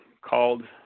called